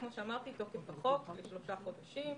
תוקף החוק הוא לשלושה חודשים,